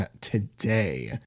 today